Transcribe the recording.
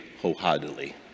wholeheartedly